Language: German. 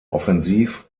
offensiv